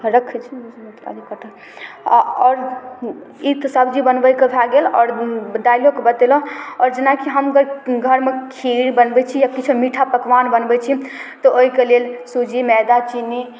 रखै छी आ आओर ई तऽ सब्जी बनबैके भऽ गेल आओर दालिओके बतेलहुँ आओर जेनाकि हम घरमे खीर बनबै छिए किछु मीठा पकवान बनबै छिए तऽ ओहिके लेल सुज्जी मैदा चिन्नी